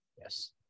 yes